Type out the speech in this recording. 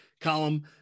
column